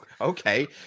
Okay